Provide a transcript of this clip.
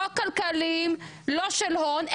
לא של הון,